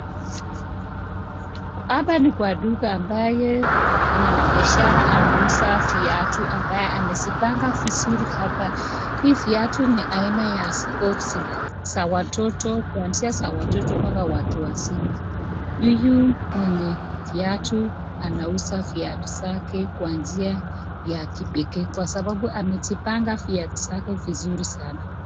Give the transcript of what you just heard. Hapa ni kwa duka ambaye mwanabishara anauza viatu ambaye amevipanga vizuri hapa. Hii viatu ni aina ya sports za watoto, kuanzia za watoto mpaka watu wazima. Huyu mwenye viatu anauza viatu zake kwa njia ya kipekee, kwa sababu amezipanga viatu zake vizuri sana.